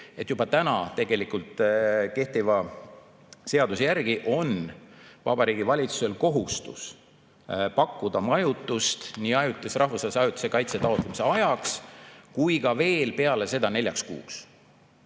et juba kehtiva seaduse järgi on Vabariigi Valitsusel kohustus pakkuda majutust nii ajutise rahvusvahelise kaitse taotlemise ajaks kui ka veel peale seda neljaks kuuks.